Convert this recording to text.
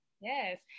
Yes